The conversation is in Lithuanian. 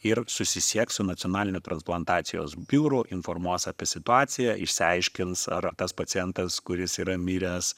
ir susisieks su nacionalinio transplantacijos biuru informuos apie situaciją išsiaiškins ar tas pacientas kuris yra miręs